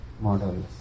models